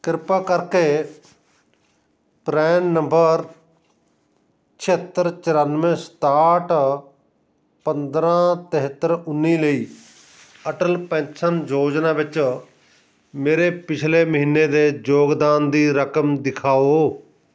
ਕਿਰਪਾ ਕਰਕੇ PRAN number ਛਿਹੱਤਰ ਚੁਰਾਨਵੇਂ ਸਤਾਹਠ ਪੰਦਰਾਂ ਤਹੇਤਰ ਉੱਨੀ ਲਈ ਅਟਲ ਪੈਨਸ਼ਨ ਯੋਜਨਾ ਵਿੱਚ ਮੇਰੇ ਪਿਛਲੇ ਮਹੀਨੇ ਦੇ ਯੋਗਦਾਨ ਦੀ ਰਕਮ ਦਿਖਾਓ